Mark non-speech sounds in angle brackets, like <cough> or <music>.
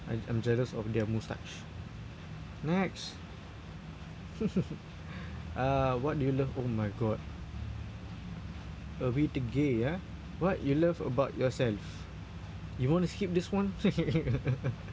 I I'm jealous of their moustache next <laughs> uh what do you love oh my god a ah what you love about yourself you want to skip this one <laughs>